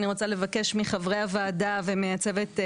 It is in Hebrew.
אני רוצה לבקש מחברי הוועדה והמצוות,